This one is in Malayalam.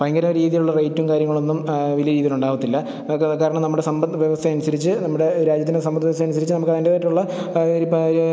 ഭയങ്കര രീതിയുള്ള റെയ്റ്റും കാര്യങ്ങളൊന്നും വലിയ രീതിയിലുണ്ടാവത്തില്ല അതൊക്കെ കാരണം നമ്മുടെ സമ്പദ് വ്യവസ്ഥയനുസരിച്ച് നമ്മുടെ രാജ്യത്തിന്റെ സമ്പദ് വ്യവസ്ഥയനുസരിച്ച് നമുക്കതിൻ്റെതായിട്ടുള്ള